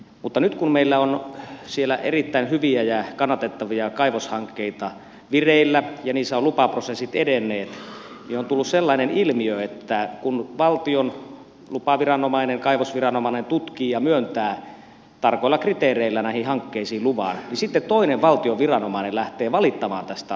mutta nyt kun meillä on siellä erittäin hyviä ja kannatettavia kaivoshankkeita vireillä ja niissä ovat lupaprosessit edenneet niin on tullut sellainen ilmiö että kun valtion lupaviranomainen kaivosviranomainen tutkii ja myöntää tarkoilla kriteereillä näihin hankkeisiin luvan niin sitten toinen valtion viranomainen lähtee valittamaan tästä asiasta